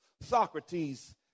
Socrates